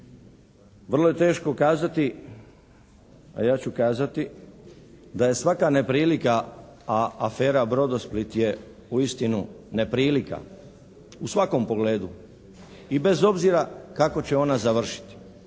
Vrlo je teško kazati a ja ću kazati da je svaka neprilika a afera Brodosplit je uistinu neprilika u svakom pogledu i bez obzira kako će ona završiti,